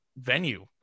venue